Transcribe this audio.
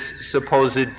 supposed